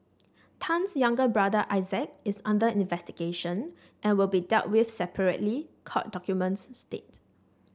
Tan's younger brother Isaac is under investigation and will be dealt with separately court documents state